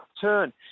turn